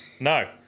No